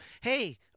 hey